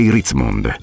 Ritzmond